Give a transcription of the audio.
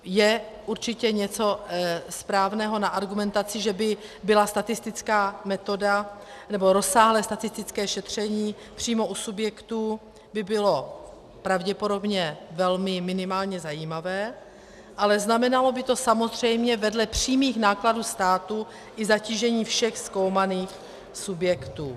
Je určitě něco správného na argumentaci, že by byla statistická metoda... nebo rozsáhlé statistické šetření přímo u subjektu by bylo pravděpodobně velmi, minimálně, zajímavé, ale znamenalo by to samozřejmě vedle přímých nákladů státu i zatížení všech zkoumaných subjektů.